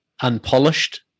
unpolished